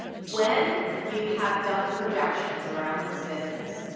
when you have done projections around this business,